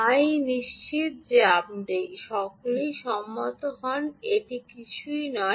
আমি নিশ্চিত যে সকলেই সম্মত হন এটি কিছুই নয়